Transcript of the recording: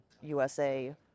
USA